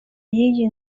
y’iyi